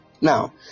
Now